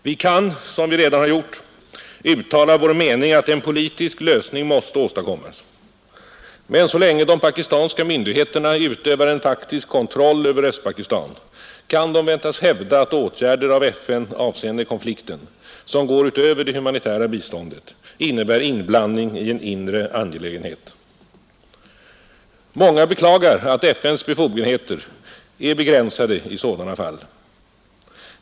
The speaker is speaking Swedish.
Vi kan, som vi redan har gjort, uttala vår mening att en politisk lösning måste åstadkommas. Men så länge de pakistanska myndigheterna utövar en faktisk kontroll över Östpakistan kan de väntas hävda att åtgärder av FN avseende konflikten, som går utöver det humanitära biståndet, innebär inblandning i en inre angelägenhet. Många beklagar att FN:s befogenheter är begränsade i sådana fall.